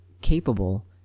capable